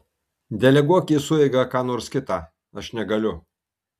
deleguok į sueigą ką nors kitą aš negaliu